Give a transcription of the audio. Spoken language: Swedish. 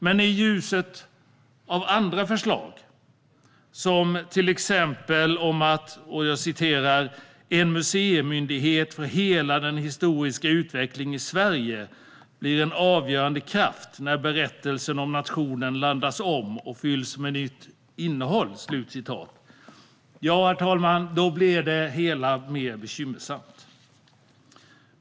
Men i ljuset av andra förslag, till exempel tanken om att "en museimyndighet för hela den historiska utvecklingen i Sverige" blir "en avgörande kraft när berättelsen om nationen laddas om och fylls med nytt innehåll" blir det mer bekymmersamt.